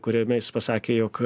kuriame jis pasakė jog